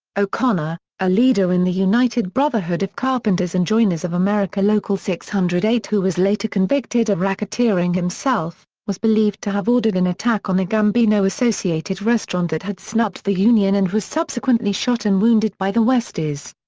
o'connor, a leader in the united brotherhood of carpenters and joiners of america local six hundred and eight who was later convicted of racketeering himself, was believed to have ordered an attack on a gambino-associated restaurant that had snubbed the union and was subsequently shot and wounded by the westies.